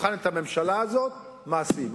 יבחנו את הממשלה הזאת הוא מעשים.